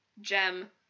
gem